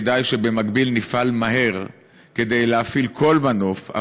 כדאי שבמקביל נפעל מהר כדי להפעיל כל מנוף,